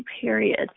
period